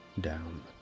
down